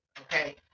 Okay